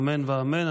אמן ואמן.